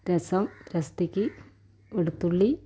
രസം രസത്തിന് വെളുത്തുള്ളി